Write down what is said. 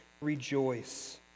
rejoice